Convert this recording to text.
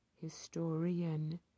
Historian